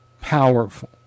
powerful